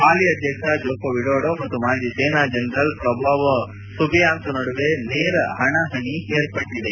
ಹಾಲಿ ಅಧ್ಯಕ್ಷ Joko Widodo ಮತ್ತು ಮಾಜಿ ಸೇನಾ ಜನರಲ್ ಪ್ರಬೊವೊ ಸುಬಿಯಾಂತೊ ನಡುವೆ ನೇರ ಹಣಾಹಣಿ ಏರ್ಪಟ್ಟಿದೆ